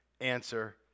answer